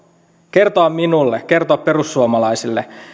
kertoa minulle kertoa perussuomalaisille